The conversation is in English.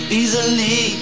easily